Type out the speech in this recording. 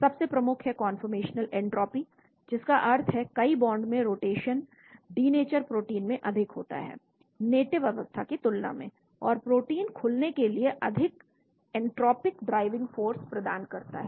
सबसे प्रमुख है कन्फॉर्मेशनल एन्ट्रापी जिसका अर्थ है कि कई बॉन्ड में रोटेशन डीनेचर प्रोटीन में अधिक होता है नेटिव अवस्था की तुलना में और प्रोटीन खुलने के लिए अधिक एन्ट्रापिक ड्राइविंग फोर्स प्रदान करता है